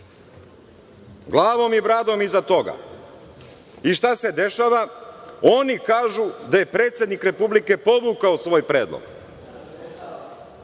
glavom i bradom iza toga. I, šta se dešava? Oni kažu da je predsednik Republike povukao svoj predlog.